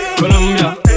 Colombia